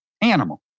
animal